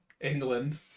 England